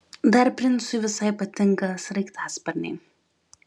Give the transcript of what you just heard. dar princui visai patinka sraigtasparniai